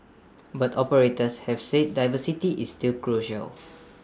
but operators have said diversity is still crucial